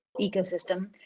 ecosystem